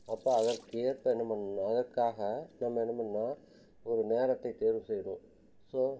அப்போ அதற்கு ஏற்ப என்ன பண்ணுன்னா அதற்காக நம்ம என்ன பண்ணுன்னா ஒரு நேரத்தை தேர்வு செய்யணும் ஸோ